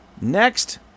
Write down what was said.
next